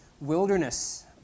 wilderness